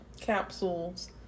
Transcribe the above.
capsules